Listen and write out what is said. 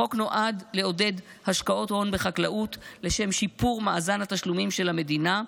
החוק נועד לעודד השקעות הון בחקלאות לשם שיפור מאזן התשלומים של המדינה,